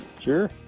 Sure